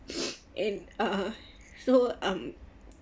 and uh so um